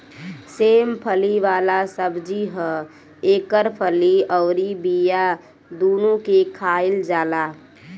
सेम फली वाला सब्जी ह एकर फली अउरी बिया दूनो के खाईल जाला